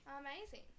Amazing